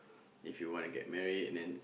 if you want to get married and then